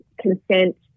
consent